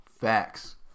Facts